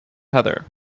heather